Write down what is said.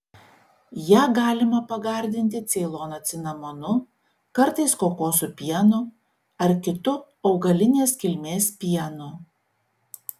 ją galima pagardinti ceilono cinamonu kartais kokosų pienu ar kitu augalinės kilmės pienu